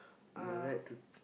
you like to